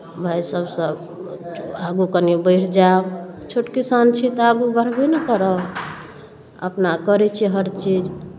भाइ सभसँ आगू कनी बढ़ि जायब छोट किसान छी तऽ आगू बढ़बे ने करब अपना करै छी हर चीज